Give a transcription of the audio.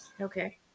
Okay